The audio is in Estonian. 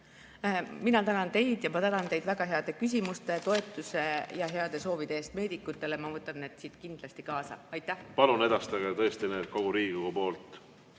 Mina tänan teid. Ma tänan teid väga heade küsimuste, toetuse ja heade soovide eest meedikutele. Ma võtan need siit kindlasti kaasa. Aitäh! Palun edastage tõesti kogu Riigikogu poolt